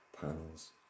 panels